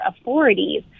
authorities